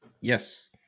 Yes